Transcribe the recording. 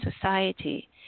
society